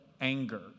anger